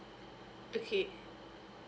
okay